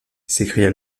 s’écria